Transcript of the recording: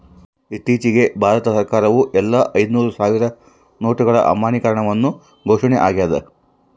ಇತ್ತೀಚಿಗೆ ಭಾರತ ಸರ್ಕಾರವು ಎಲ್ಲಾ ಐದುನೂರು ಸಾವಿರ ನೋಟುಗಳ ಅಮಾನ್ಯೀಕರಣವನ್ನು ಘೋಷಣೆ ಆಗ್ಯಾದ